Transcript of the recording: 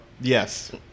Yes